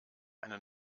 eine